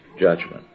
judgment